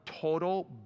total